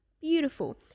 beautiful